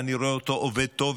ואני רואה אותו עובד טוב,